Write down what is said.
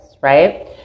right